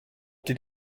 did